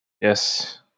Yes